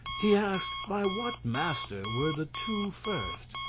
he asked, by what master were the two first.